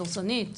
דורסנית,